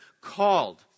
called